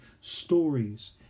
stories